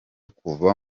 kuva